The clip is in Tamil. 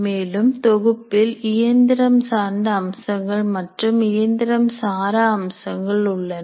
மேலும் தொகுப்பில் இயந்திரம் சார்ந்த அம்சங்கள் மற்றும் இயந்திரம் சாரா அம்சங்கள் உள்ளன